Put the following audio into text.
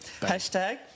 Hashtag